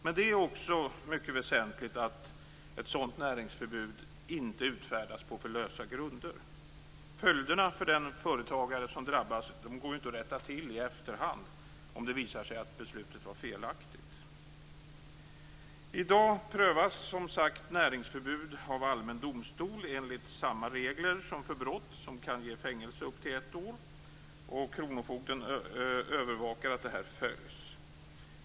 Men det är också mycket väsentligt att ett sådant näringsförbud inte utfärdas på för lösa grunder. Följderna för den företagare som drabbas går ju inte att rätta till i efterhand om det visar sig att beslutet var felaktigt. I dag prövas som sagt näringsförbud av allmän domstol enligt samma regler som för brott som kan ge fängelse upp till ett år, och kronofogden övervakar att näringsförbudet följs.